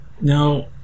Now